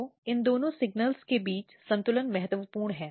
तो इन दोनों सिग्नॅल्स के बीच संतुलन महत्वपूर्ण है